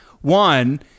One